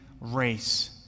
race